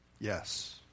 Yes